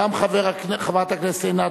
חוק ומשפט על מנת